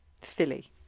Philly